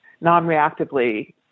non-reactively